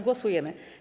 Głosujemy.